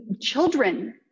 children